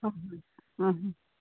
ꯍꯣꯏ ꯍꯣꯏ ꯑꯥ ꯑꯥ